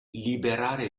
liberare